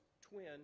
twin